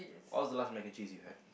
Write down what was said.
what was the last mac and cheese you had